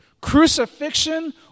Crucifixion